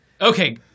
okay